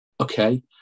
Okay